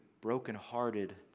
brokenhearted